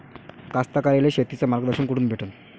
कास्तकाराइले शेतीचं मार्गदर्शन कुठून भेटन?